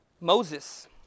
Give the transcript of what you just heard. Moses